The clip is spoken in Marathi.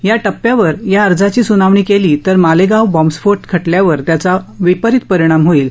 या टप्प्यावर या अर्जाची सुनावणी केली तर मालेगाव बॉम्बस्फोट खटल्यावर त्याचा परिणाम होईल